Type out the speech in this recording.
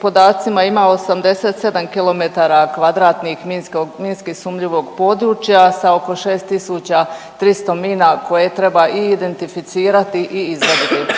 podacima, ima 87 kilometara kvadratnih minski sumnjivog područja sa oko 6300 mina koje treba i identificirati i izvaditi.